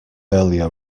earlier